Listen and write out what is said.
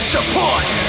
Support